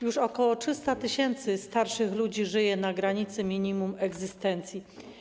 Już ok. 300 tys. starszych ludzi żyje na granicy minimum egzystencji.